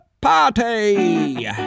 Party